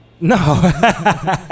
No